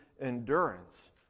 endurance